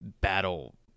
battle